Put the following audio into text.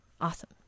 Awesome